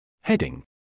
Heading